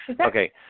Okay